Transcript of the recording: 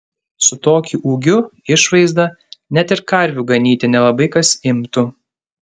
su tokiu ūgiu išvaizda net ir karvių ganyti nelabai kas imtų